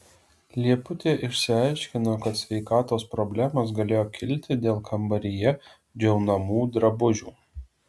lieputė išsiaiškino kad sveikatos problemos galėjo kilti dėl kambaryje džiaunamų drabužių